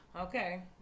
Okay